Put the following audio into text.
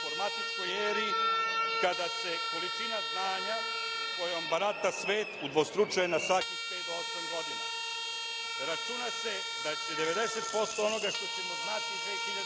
informatičkoj eri kada se količina znanja kojom barata svet udvostručuje na svakih pet do osam godina. Računa se da će 90% onoga što ćemo znati 2065.